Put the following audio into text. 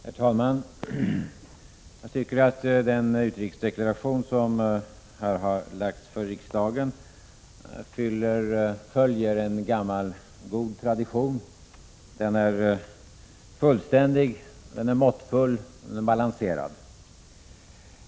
Herr talman! Jag tycker att den utrikesdeklaration som här har framlagts för riksdagen följer en gammal tradition. Den är fullständig, måttfull och balanserad.